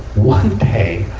one day,